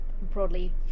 broadly